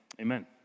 Amen